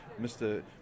Mr